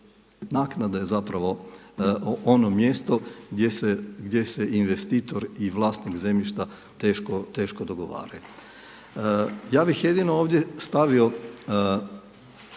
Naknada je zapravo ono mjesto gdje se investitor i vlasnik zemljišta teško dogovaraju. Ja bih jedino ovdje stavio